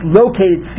located